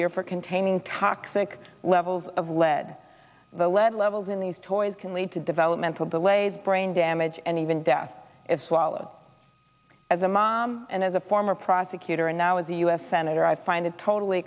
year for containing toxic levels of lead the lead levels in these toys can lead to developmental delays brain damage and even death if swallowed as a mom and as a former prosecutor and now as a u s senator i find it totally